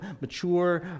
mature